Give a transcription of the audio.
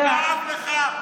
כאב לך,